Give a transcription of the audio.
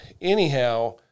anyhow